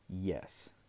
Yes